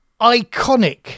iconic